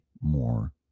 more